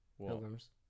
pilgrims